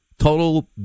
total